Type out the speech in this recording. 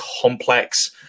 complex